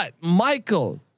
Michael